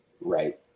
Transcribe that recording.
Right